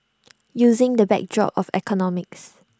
using the backdrop of economics